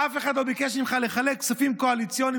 אף אחד לא ביקש ממך לחלק כספים קואליציוניים.